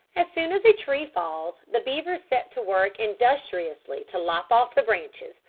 as soon as a tree falls, the beavers set to work industriously to lop off the branches,